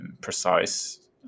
precise